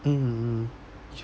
um